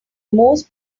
most